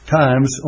times